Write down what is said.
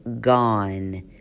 gone